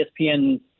ESPN